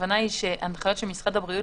הכוונה שהיא שהנחיות של משרד הבריאות